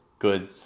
good